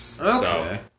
Okay